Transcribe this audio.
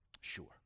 sure